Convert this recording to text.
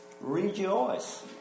rejoice